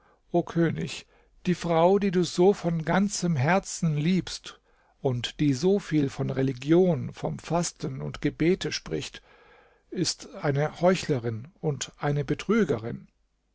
o könig die frau die du so von ganzem herzen liebst und die so viel von religion vom fasten und gebete spricht ist eine heuchlerin und eine betrügerin